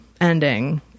ending